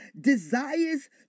desires